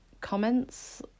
comments